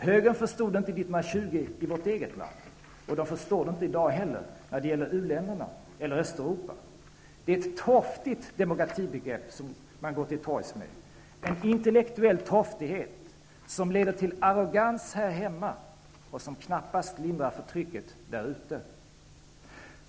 Högern förstod det inte 1920 i vårt eget land, och man förstår det inte i dag heller när det gäller u-länderna eller Östeuropa. Det är ett torftigt demokratibegrepp man går till torgs med -- en intellektuell torftighet, som leder till arrogans här hemma och som knappast lindrar förtrycket där ute.